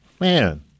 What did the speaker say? man